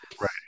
right